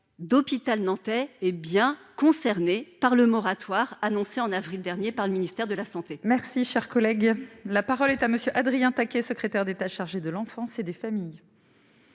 d'hôpital nantais et bien concernés par le moratoire annoncé en avril dernier par le ministère de la Santé. Merci, cher collègue, la parole est à monsieur Adrien taquet, secrétaire d'État chargé de l'enfance et des familles.